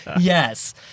yes